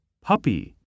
Puppy